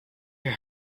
her